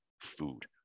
food